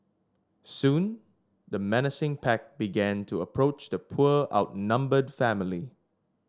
soon the menacing pack began to approach the poor outnumbered family